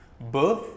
birth